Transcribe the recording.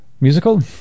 musical